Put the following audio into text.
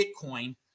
Bitcoin